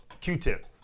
Q-tip